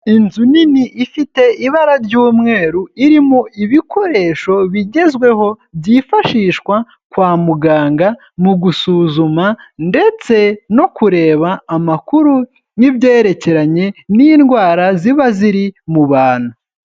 Inzu nini ifite ibara ry'umweru irimo ibikoresho bigezweho byifashishwa kwa muganga mu gusuzuma ndetse no kureba amakuru n'ibyerekeranye n'indwara ziba ziri mu bantu.